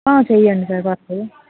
చేయండి sir first